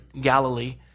Galilee